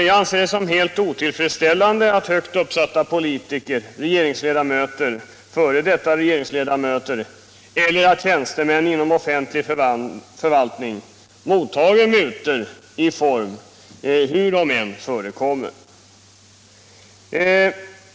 Jag anser det vara helt otillfredsställande att högt uppsatta politiker, regeringsledamöter, f. d. regeringsledamöter eller tjänstemän inom offentlig förvaltning mottar mutor, i vilken form de än förekommer.